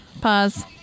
pause